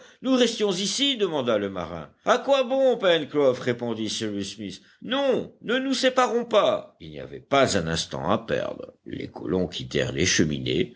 nous restions ici demanda le marin à quoi bon pencroff répondit cyrus smith non ne nous séparons pas il n'y avait pas un instant à perdre les colons quittèrent les cheminées